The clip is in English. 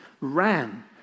ran